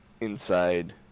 inside